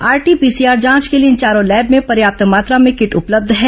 RT PCR जांच के लिए इन चारों लैब में पर्याप्त मात्रा में किट उपलब्ध है